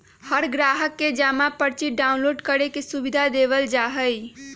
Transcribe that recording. हर ग्राहक के जमा पर्ची डाउनलोड करे के सुविधा देवल जा हई